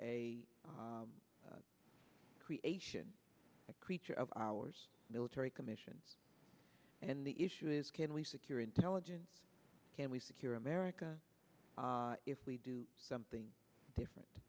a creation a creature of ours military commission and the issue is can we secure intelligence can we secure america if we do something different